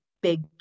big